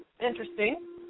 interesting